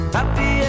Happy